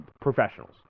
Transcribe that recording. professionals